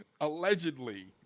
Allegedly